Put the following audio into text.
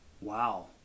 wow